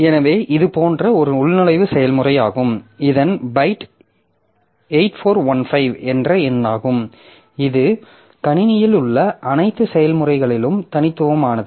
எனவே இது போன்ற ஒரு உள்நுழைவு செயல்முறையாகும் இதன் பைட் 8415 என்ற எண்ணாகும் இது கணினியில் உள்ள அனைத்து செயல்முறைகளிலும் தனித்துவமானது